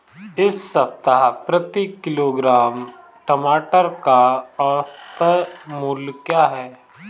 इस सप्ताह प्रति किलोग्राम टमाटर का औसत मूल्य क्या है?